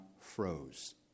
froze